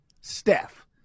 Steph